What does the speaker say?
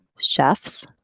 chefs